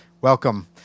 welcome